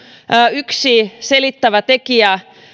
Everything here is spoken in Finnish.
yksi selittävä tekijä